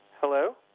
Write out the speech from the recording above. Hello